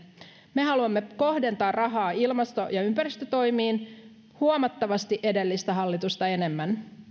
me haluamme kohdentaa rahaa ilmasto ja ympäristötoimiin huomattavasti edellistä hallitusta enemmän